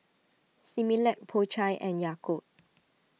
Similac Po Chai and Yakult